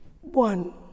One